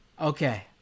Okay